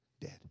dead